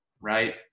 right